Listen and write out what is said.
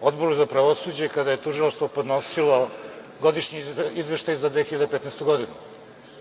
Odboru za pravosuđe, kada je Tužilaštvo podnosilo godišnji izveštaj za 2015. godinu.